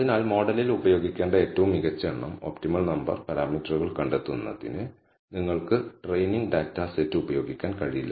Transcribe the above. അതിനാൽ മോഡലിൽ ഉപയോഗിക്കേണ്ട ഏറ്റവും മികച്ച എണ്ണം ഒപ്റ്റിമൽ നമ്പർ പാരാമീറ്ററുകൾ കണ്ടെത്തുന്നതിന് നിങ്ങൾക്ക് ട്രെയിനിങ് ഡാറ്റ സെറ്റ് ഉപയോഗിക്കാൻ കഴിയില്ല